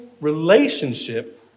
relationship